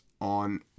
on